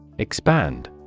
Expand